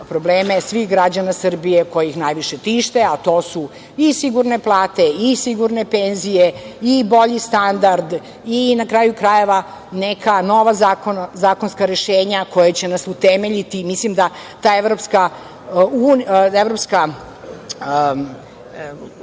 svih građana Srbije koji ih najviše tište, a to su i sigurne plate i sigurne penzije i bolji standard i, na kraju krajeva, neka nova zakonska rešenja koja će nas utemeljiti. Mislim da je ta